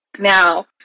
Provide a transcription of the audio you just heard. Now